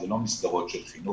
זה לא מסגרות של חינוך,